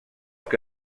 que